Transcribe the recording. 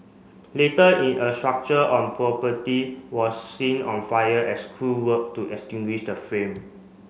later in a structure on property was seen on fire as crew work to extinguish the flame